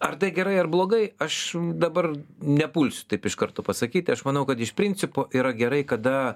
ar tai gerai ar blogai aš dabar nepulsiu taip iš karto pasakyti aš manau kad iš principo yra gerai kada